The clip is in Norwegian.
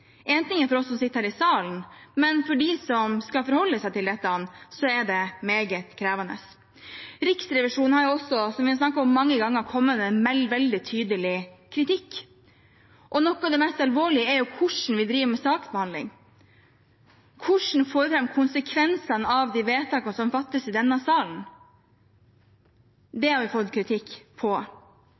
ting er at det er krevende for oss som sitter her i salen, men for dem som skal forholde seg til dette, er det meget krevende. Riksrevisjonen, som vi har snakket om mange ganger, har også kommet med veldig tydelig kritikk. Noe av det mest alvorlige gjelder hvordan vi driver saksbehandling, og hvordan vi får fram konsekvensene av de vedtakene som fattes i denne salen. Det har vi fått kritikk